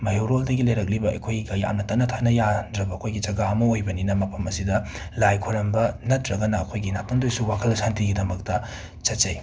ꯃꯩꯍꯧꯔꯣꯜꯗꯒꯤ ꯂꯩꯔꯛꯂꯤꯕ ꯑꯩꯈꯣꯏꯒ ꯌꯥꯝꯅ ꯇꯠꯅ ꯊꯥꯅ ꯌꯥꯅꯗ꯭ꯔꯕ ꯑꯩꯈꯣꯏꯒꯤ ꯖꯒꯥ ꯑꯃ ꯑꯣꯏꯕꯅꯤꯅ ꯃꯐꯝ ꯑꯁꯤꯗ ꯂꯥꯏ ꯈꯣꯏꯔꯝꯕ ꯅꯠꯇ꯭ꯔꯒꯅ ꯑꯩꯈꯣꯏꯒꯤ ꯉꯥꯍꯛꯇꯪꯗꯁꯨ ꯋꯥꯈꯜ ꯁꯥꯟꯇꯤꯒꯤꯗꯃꯛꯇ ꯆꯠꯆꯩ